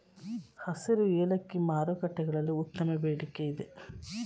ಹಸಿರು ಏಲಕ್ಕಿ ಮಾರುಕಟ್ಟೆಗಳಲ್ಲಿ ಉತ್ತಮ ಬೇಡಿಕೆಯಿದೆ